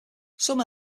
some